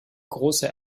große